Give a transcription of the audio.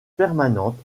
permanente